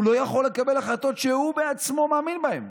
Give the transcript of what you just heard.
הוא לא יכול לקבל החלטות שהוא עצמו מאמין בהן.